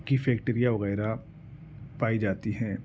کی فیکٹریاں وغیرہ پائی جاتی ہیں